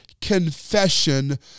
confession